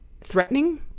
threatening